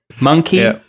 monkey